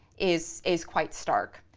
is is quite stark,